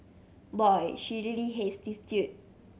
boy she really hates this due